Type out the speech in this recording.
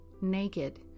naked